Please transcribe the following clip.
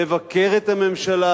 לבקר את הממשלה.